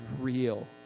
real